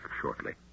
shortly